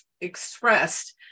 expressed